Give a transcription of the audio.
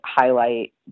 highlight